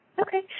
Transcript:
Okay